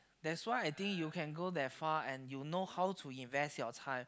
that's why I think you can go that far and you know how to invest your time